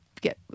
get